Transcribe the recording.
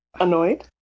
Annoyed